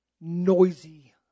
noisy